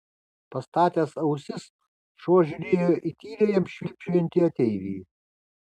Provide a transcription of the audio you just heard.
pastatęs ausis šuo žiūrėjo į tyliai jam švilpčiojantį ateivį